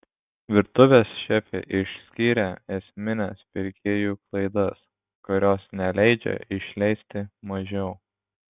virtuvės šefė išskyrė esmines pirkėjų klaidas kurios neleidžia išleisti mažiau